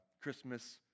Christmas